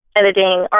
editing